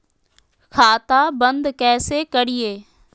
खाता बंद कैसे करिए?